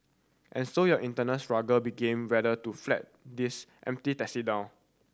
and so your internal struggle begin whether to flag these empty taxi down